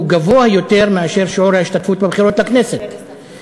גבוה משיעור ההשתתפות לבחירות לכנסת,